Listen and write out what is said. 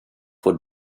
would